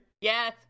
Yes